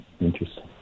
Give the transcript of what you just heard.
interesting